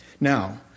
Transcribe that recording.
Now